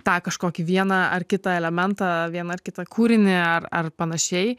tą kažkokį vieną ar kitą elementą vieną ar kitą kūrinį ar ar panašiai